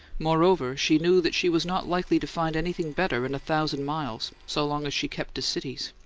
moreover, she knew that she was not likely to find anything better in a thousand miles, so long as she kept to cities,